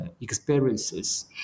experiences